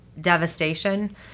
devastation